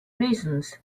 reasons